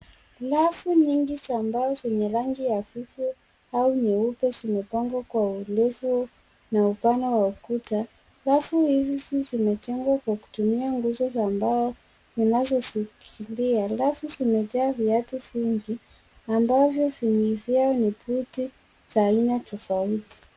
Rafu nyingi za mbao zenye rangi hafifu au nyeupe zimepangwa kwa urefu na upana wa ukuta. Rafu hizi zimejengwa kwa kutumia nguzo za mbao zinazoshikilia. Rafu zimejaa viatu vingi amabvyo vingi vyao ni buti za aina tofauti.